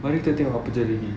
mari kita tengok apa jadi